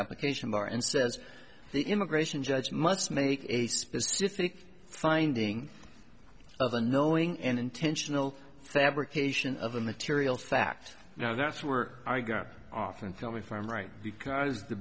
application bar and says the immigration judge must make a specific finding of a knowing and intentional fabrication of a material fact now that's were i got off and coming from right because the